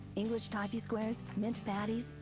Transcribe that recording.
english toffee squares, mince patties,